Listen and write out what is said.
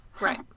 right